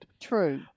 True